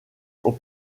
aux